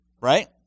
Right